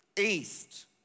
east